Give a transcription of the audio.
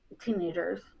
teenagers